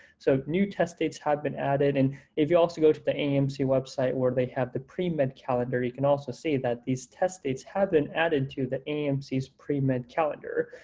so new test dates had been added. and if you also go to the aamc website where they have the pre-med and calendar, you can also see that these test dates have been added to the aamc's so pre-med calendar.